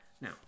Now